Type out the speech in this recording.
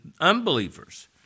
unbelievers